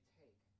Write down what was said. take